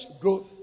growth